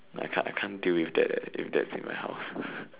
I can't I can't deal with that eh if that's in my house